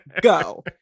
go